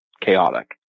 Chaotic